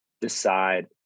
decide